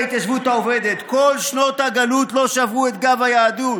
כל שנות הגלות לא שברו את גב היהדות.